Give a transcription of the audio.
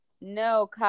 No